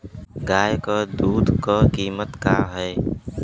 गाय क दूध क कीमत का हैं?